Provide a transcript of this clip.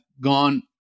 gone